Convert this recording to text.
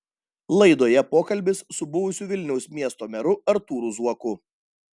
laidoje pokalbis su buvusiu vilniaus miesto meru artūru zuoku